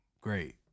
great